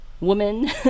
woman